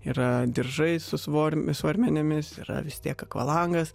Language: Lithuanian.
yra diržai su svoriu svarmenimis yra vis tiek akvalangas